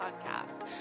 Podcast